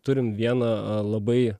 turim vieną a labai